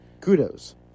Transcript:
Kudos